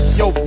yo